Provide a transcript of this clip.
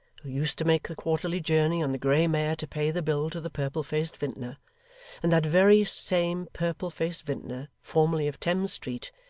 who used to make the quarterly journey on the grey mare to pay the bill to the purple-faced vintner and that very same purple-faced vintner, formerly of thames street,